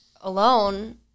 alone